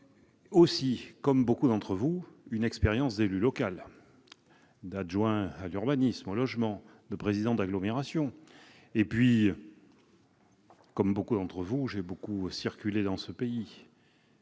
sûr ... Comme beaucoup d'entre vous, j'ai une expérience d'élu local- adjoint à l'urbanisme, au logement, président d'agglomération -, et puis, comme beaucoup d'entre vous, j'ai beaucoup circulé dans ce pays,